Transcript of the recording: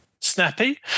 snappy